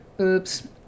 oops